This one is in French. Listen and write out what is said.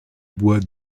bois